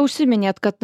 užsiminėt kad